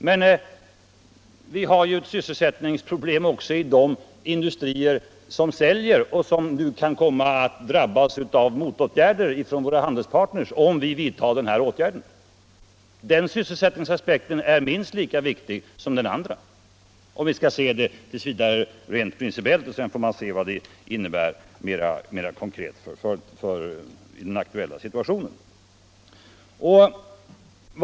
Men vi har ju ett sysselsättningsproblem också i de industrier som säljer till utlandet och som nu kan komma att drabbas av motåtgärder från våra handelspartners, om vi nu gör som regeringen föreslår. Den sysselsättningsaspekten är minst lika viktig som den andra, om vi t.v. skall se det rent principiellt. Sedan får vi se vad det innebär mera konkret i den aktuella situationen.